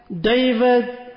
David